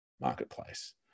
marketplace